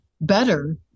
better